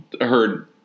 heard